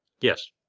Yes